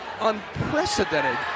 unprecedented